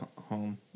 home